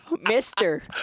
Mister